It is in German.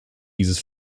dieses